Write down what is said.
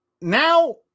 now